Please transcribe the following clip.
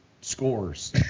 scores